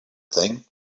thing